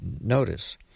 notice